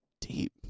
Deep